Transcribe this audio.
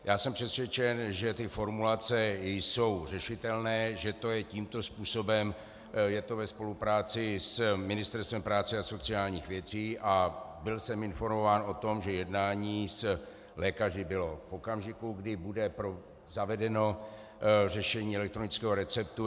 Já jsem přesvědčen, že ty formulace jsou řešitelné, že to je tímto způsobem ve spolupráci s Ministerstvem práce a sociálních věcí a byl jsem informován o tom, že jednání s lékaři bylo v okamžiku, kdy bude zavedeno řešení elektronického receptu.